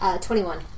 Twenty-one